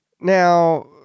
Now